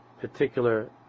particular